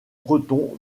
bretons